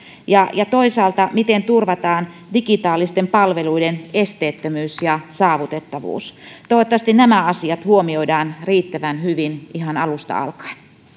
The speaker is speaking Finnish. ja ja toisaalta miten turvataan digitaalisten palveluiden esteettömyys ja saavutettavuus toivottavasti nämä asiat huomioidaan riittävän hyvin ihan alusta alkaen